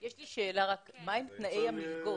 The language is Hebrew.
יש לי שאלה, מהם תנאי המלגות?